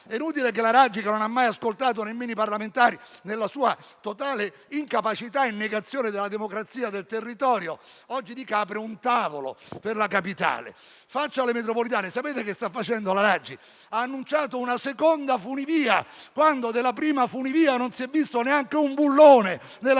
È inutile che il sindaco Raggi, che non ha mai ascoltato nemmeno i parlamentari nella sua totale incapacità e negazione della democrazia del territorio, oggi dica di aprire un tavolo per la Capitale d'Italia. Faccia le metropolitane. La Raggi ha annunciato una seconda funivia, quando della prima non si è visto neanche un bullone nella